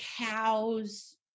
cows